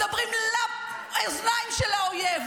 מדברים לאוזניים של האויב,